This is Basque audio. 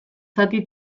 zati